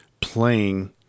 playing